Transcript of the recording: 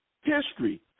History